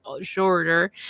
shorter